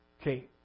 Okay